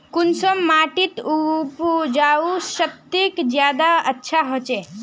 कुंसम माटिर उपजाऊ शक्ति ज्यादा अच्छा होचए?